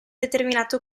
determinate